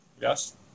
Yes